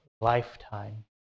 lifetime